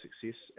success